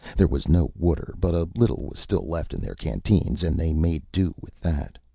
there was no water, but a little was still left in their canteens and they made do with that.